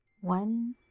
One